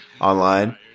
online